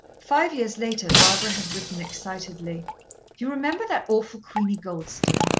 five years later barbara had written excitedly you remember that awful queenie goldstein?